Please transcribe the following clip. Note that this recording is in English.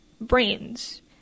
brains